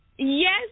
Yes